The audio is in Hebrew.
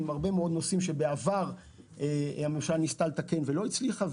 עם הרבה מאוד נושאים שבעבר הממשלה ניסתה לתקן ולא הצליחה,